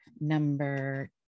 number